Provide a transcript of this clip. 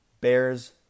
Bears